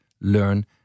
learn